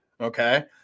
Okay